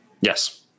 yes